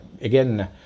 again